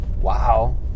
wow